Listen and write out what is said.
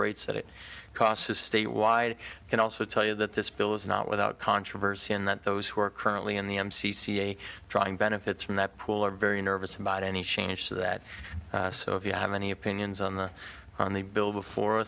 rates that it costs a state wide can also tell you that this bill is not without controversy and that those who are currently in the m c c trying benefits from that pool are very nervous about any changes to that so if you have any opinions on the on the bill before